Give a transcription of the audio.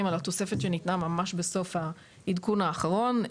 על התוספת שניתנה ממש בסוף העדכון האחרון,